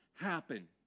happen